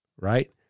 right